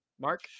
Mark